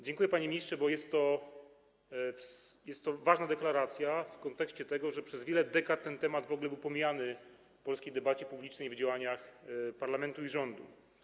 Dziękuję, panie ministrze, bo jest to ważna deklaracja w kontekście tego, że przez wiele dekad ten temat był w ogóle pomijany w polskiej debacie publicznej i w działaniach parlamentu i rządu.